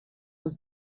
was